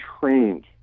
trained